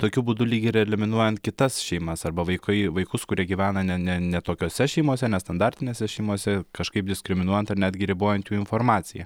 tokiu būdu lyg ir eliminuojant kitas šeimas arba vaikai vaikus kurie gyvena ne ne ne tokiose šeimose nestandartinėse šeimose kažkaip diskriminuojant ar netgi ribojant jų informaciją